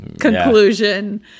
conclusion